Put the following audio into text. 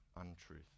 untruth